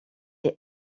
est